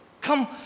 Come